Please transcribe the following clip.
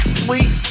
sweet